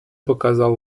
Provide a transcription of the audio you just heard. показал